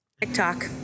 TikTok